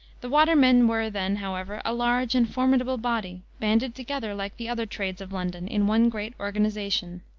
the watermen were then, however, a large and formidable body, banded together, like the other trades of london, in one great organization.